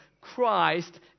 Christ